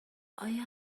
آیا